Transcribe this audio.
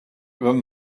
than